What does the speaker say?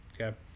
Okay